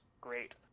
great